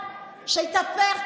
שיתהפך,